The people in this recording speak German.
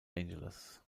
angeles